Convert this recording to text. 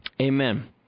Amen